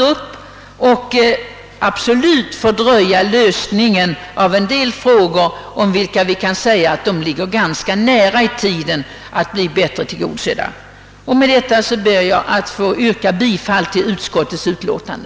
Det fördröjer absolut lösningen av en del frågor som ganska snart kunde bli tillgodosedda. Med detta, herr talman, ber jag att få yrka bifall till utskottets förslag.